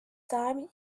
time